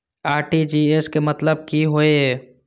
RTGS के मतलब की होय ये?